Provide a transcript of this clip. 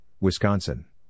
Wisconsin